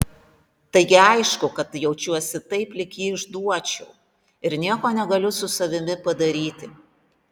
taigi aišku kad jaučiuosi taip lyg jį išduočiau ir nieko negaliu su savimi padaryti